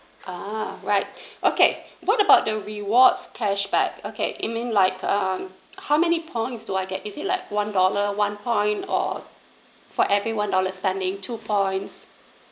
uh right okay what about the rewards cashback okay it mean like um how many points do I get is it like one dollar one point or for every one dollars standing two points